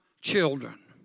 children